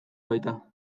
baita